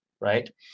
right